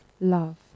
love